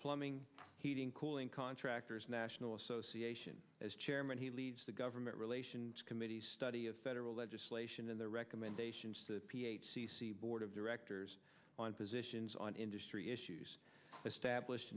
plumbing heating cooling contractors national association as chairman he leads the government relations committee study of federal legislation and the recommendations board of directors on positions on industry issues established